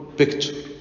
picture